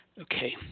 Okay